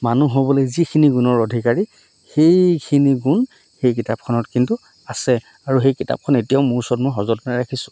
মানুহ হ'বলৈ যিখিনি গুণৰ অধিকাৰী সেইখিনি গুণ সেই কিতাপখনত কিন্তু আছে আৰু সেই কিতাপখন এতিয়াও মোৰ ওচৰত মই সযতনেৰে ৰাখিছোঁ